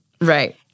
Right